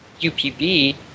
UPB